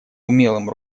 умелым